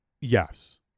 yes